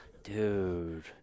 Dude